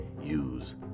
use